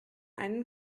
einen